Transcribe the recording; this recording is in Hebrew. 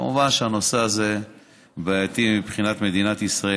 מובן שהנושא הזה בעייתי מבחינת מדינת ישראל,